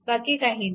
बाकी काही नाही